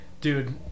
Dude